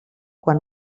quan